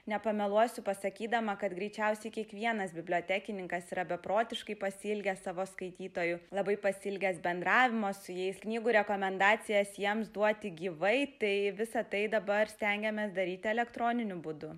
nepameluosiu pasakydama kad greičiausiai kiekvienas bibliotekininkas yra beprotiškai pasiilgęs savo skaitytojų labai pasiilgęs bendravimo su jais knygų rekomendacijas jiems duoti gyvai tai visa tai dabar stengiamės daryti elektroniniu būdu